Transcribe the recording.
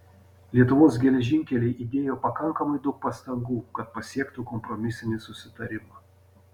lietuvos geležinkeliai įdėjo pakankamai daug pastangų kad pasiektų kompromisinį susitarimą